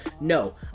No